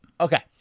Okay